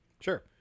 Sure